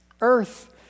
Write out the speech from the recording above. Earth